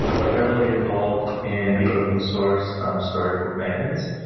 we're heavily involved in the open source storybook maintenance.